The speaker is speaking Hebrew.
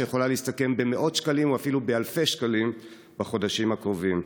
שיכולה להסתכם במאות שקלים או אפילו באלפי שקלים בחודשים הקרובים.